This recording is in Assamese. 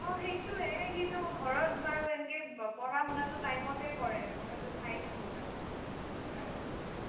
অ সেইটোৱেই সিটো ঘৰত বাৰু এনেকৈ প পঢ়া শুনাটো টাইমমতেই কৰে ময়োতো চাই থাকোঁ তাক হয় হয়